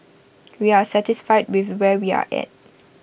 we are satisfied with where we are at